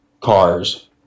cars